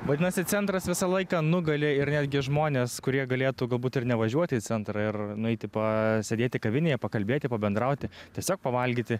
vadinasi centras visą laiką nugali ir netgi žmonės kurie galėtų galbūt ir nevažiuoti į centrą ir nueiti pasėdėti kavinėje pakalbėti pabendrauti tiesiog pavalgyti